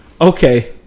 okay